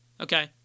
Okay